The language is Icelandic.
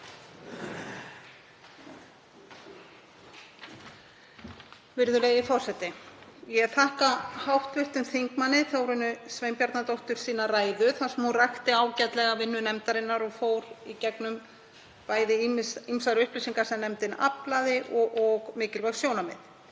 Virðulegi forseti. Ég þakka hv. þm. Þórunni Sveinbjarnardóttur fyrir ræðuna þar sem hún rakti ágætlega vinnu nefndarinnar og fór í gegnum ýmsar upplýsingar sem nefndin aflaði og mikilvæg sjónarmið.